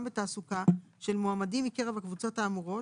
בתעסוקה של מועמדים מקרב הקבוצות האמורות,